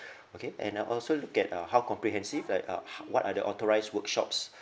okay and I'll also look at uh how comprehensive like uh h~ what other authorised workshops